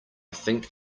think